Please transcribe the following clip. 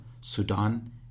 Sudan